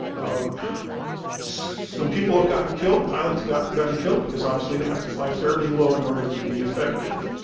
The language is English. um some people have gotten killed pilots gotten gotten killed because obviously they have to fly fairly low in order to be effective.